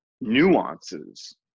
nuances